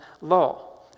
law